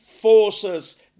FORCES